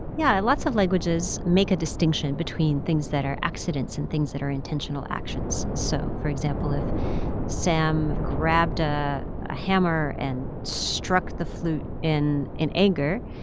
yeah. lots of languages make a distinction between things that are accidents and things that are intentional actions. so for example, if sam grabbed ah a hammer and struck the flute in in anger,